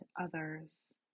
others